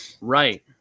Right